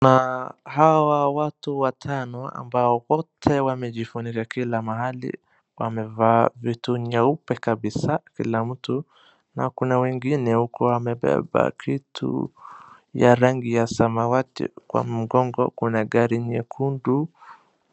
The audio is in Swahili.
Kuna hawa watu watano ambao wote wamejifunika kila mahali. Wamevaa vitu nyeupe kabisaa kila mtu na kuna wengine huku wamebeba kitu ya rangi ya samawati kwa mgongo. Kuna gari nyekundu.